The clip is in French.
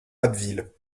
abbeville